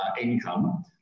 Income